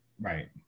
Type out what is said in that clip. Right